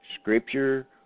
Scripture